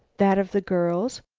that of the girls,